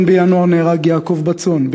ב-1 בינואר נהרג יעקב בצון,